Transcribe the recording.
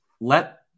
let